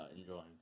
enjoying